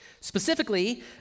Specifically